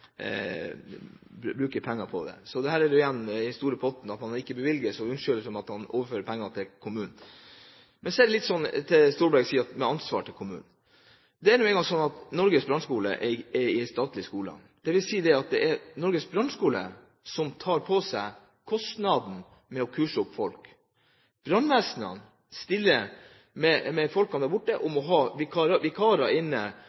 igjen inn i den store potten, at man ikke øremerker og unnskylder seg med at man overfører penger til kommunene. Storberget sier at kommunene har et ansvar. Det er nå engang sånn at Norges brannskole er en statlig skole. Det vil si at det er Norges brannskole som tar på seg kostnaden med å kurse folk. Brannvesenet stiller med folk der borte og må ha vikarer når de er